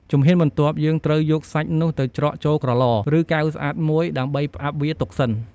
ជំហានបន្ទាប់់ យើងត្រូវយកសាច់នោះទៅច្រកចូល ក្រឡ ឬ កែវស្អាតមួយ ដើម្បីផ្អាប់វាទុកសិន។